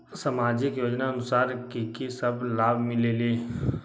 समाजिक योजनानुसार कि कि सब लाब मिलीला?